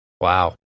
Wow